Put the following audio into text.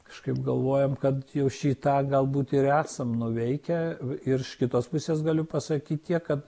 kažkaip galvojam kad jau šį tą galbūt ir esam nuveikę ir iš kitos pusės galiu pasakyt tiek kad